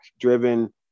driven